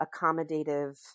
accommodative